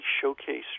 showcase